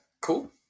Cool